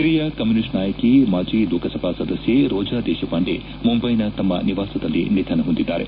ಹಿರಿಯ ಕಮ್ನೂನಿಸ್ಟ್ ನಾಯಕಿ ಮಾಜಿ ಲೋಕಸಭಾ ಸದಸ್ನೆ ರೋಜಾ ದೇಶಪಾಂಡೆ ಮುಂಬೈನ ತಮ್ಮ ನಿವಾಸದಲ್ಲಿ ನಿಧನ ಹೊಂದಿದ್ದಾರೆ